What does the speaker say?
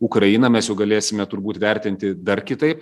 ukrainą mes jau galėsime turbūt vertinti dar kitaip